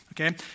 okay